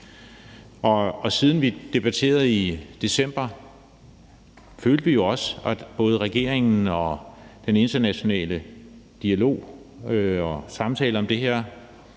Og siden vi debatterede det i december, har vi jo også følt, at både regeringen og den internationale dialog og samtale om det her